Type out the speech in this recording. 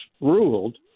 ruled